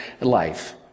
life